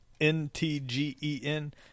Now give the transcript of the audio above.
N-T-G-E-N